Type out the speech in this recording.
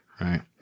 right